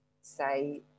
say